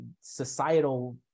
societal